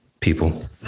people